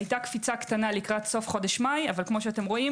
היתה קפיצה קטנה לקראת סוף חודש מאי אבל מ-21